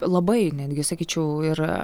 labai netgi sakyčiau ir